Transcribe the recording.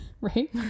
right